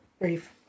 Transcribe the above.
brief